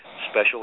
Special